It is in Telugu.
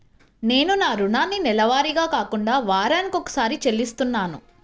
నేను నా రుణాన్ని నెలవారీగా కాకుండా వారానికోసారి చెల్లిస్తున్నాను